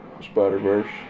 Spider-Verse